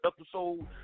episode